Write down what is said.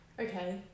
okay